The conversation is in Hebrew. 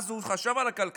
אז הוא חשב על הכלכלה.